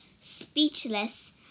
Speechless